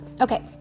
Okay